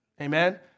amen